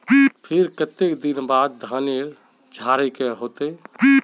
फिर केते दिन बाद धानेर झाड़े के होते?